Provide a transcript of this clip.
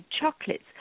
chocolates